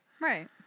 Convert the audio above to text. Right